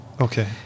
Okay